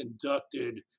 conducted